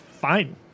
fine